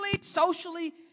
socially